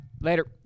Later